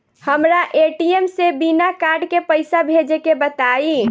हमरा ए.टी.एम से बिना कार्ड के पईसा भेजे के बताई?